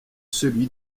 celui